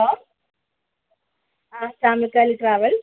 hello ആ Chamikkali travels